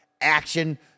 action